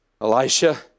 Elisha